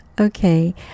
Okay